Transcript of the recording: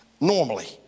Normally